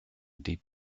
deep